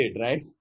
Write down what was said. right